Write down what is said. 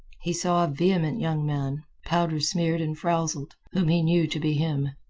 he saw a vehement young man, powder-smeared and frowzled, whom he knew to be him.